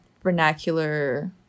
vernacular